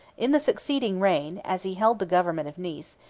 in the succeeding reign, as he held the government of nice,